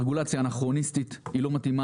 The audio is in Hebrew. הרגולציה אנכרוניסטית ולא מתאימה